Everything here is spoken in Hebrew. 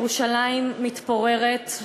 ירושלים מתפוררת,